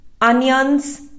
onions